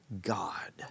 God